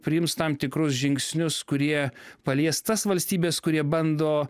priims tam tikrus žingsnius kurie palies tas valstybes kurie bando